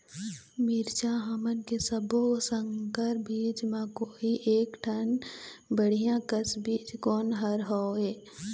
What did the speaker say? मिरचा हमन के सब्बो संकर बीज म कोई एक ठन बढ़िया कस बीज कोन हर होए?